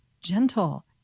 gentle